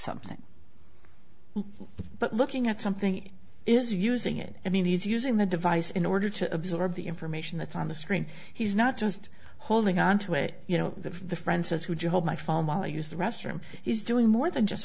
something but looking at something is using it i mean he's using the device in order to absorb the information that's on the screen he's not just holding onto a you know the friend says would you hold my phone while use the restroom he's doing more than just